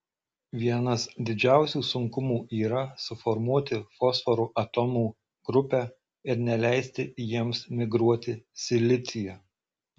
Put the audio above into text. vienas didžiausių sunkumų yra suformuoti fosforo atomų grupę ir neleisti jiems migruoti silicyje